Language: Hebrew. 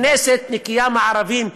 כנסת נקייה מערבים,